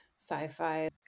sci-fi